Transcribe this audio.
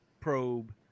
probe